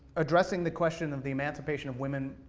addressing the question of the emancipation of women,